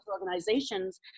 organizations